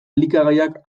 elikagaiak